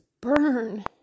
burn